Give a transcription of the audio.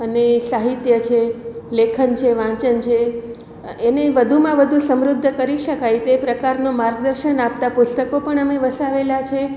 અને સાહિત્ય છે લેખન છે વાંચન છે એને વધુમાં વધુ સમૃદ્ધ કરી શકાય તે પ્રકારનો માર્ગદર્શન આપતા પુસ્તકો પણ અમે વસાવેલા છે